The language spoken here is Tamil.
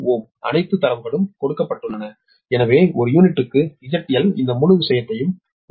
21 Ω அனைத்து தரவுகளும் கொடுக்கப்பட்டுள்ளன எனவே ஒரு யூனிட்டுக்கு ZL இந்த முழு விஷயத்தையும் 1